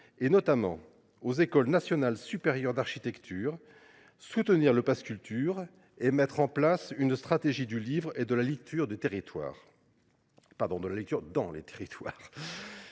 notamment aux écoles nationales supérieures d’architecture, mais aussi soutenir le pass Culture et mettre en place une stratégie du livre et de la lecture dans les territoires.